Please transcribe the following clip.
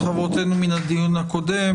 חברותינו מן הדיון הקודם,